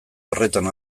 horretan